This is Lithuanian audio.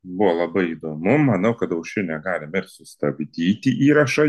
buvo labai įdomu manau kad aušrinė galim ir sustabdyti įrašą